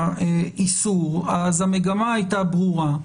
מהאיסור, אז המגמה הייתה ברורה.